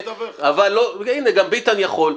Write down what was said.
גם ביטן יכול,